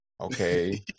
okay